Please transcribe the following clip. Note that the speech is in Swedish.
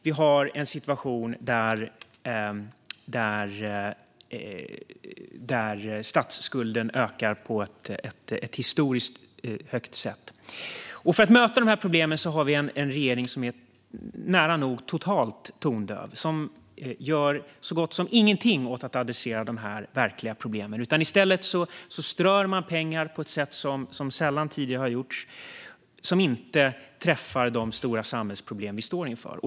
Vi har en situation där statsskulden ökar på ett historiskt sätt. För att möta de här problemen har vi en regering som är nära nog totalt tondöv och som gör så gott som ingenting för att ta sig an de här verkliga problemen. I stället strör man pengar på ett sätt som sällan tidigare har gjorts, och åtgärderna träffar inte de stora samhällsproblem som vi står inför.